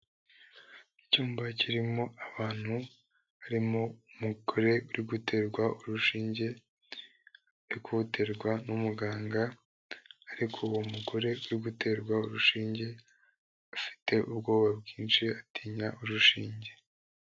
Icyumba kirimo abantu harimo umugore uri guterwa urushinge, ari kuruterwa n'umuganga ariko uwo mugore uri guterwa urushinge afite ubwoba bwinshi atinya urushinge.